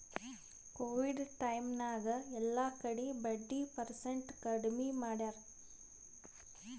Covid time ನಾಗ್ ಎಲ್ಲಾ ಕಡಿ ಬಡ್ಡಿ ಪರ್ಸೆಂಟ್ ಕಮ್ಮಿ ಮಾಡ್ಯಾರ್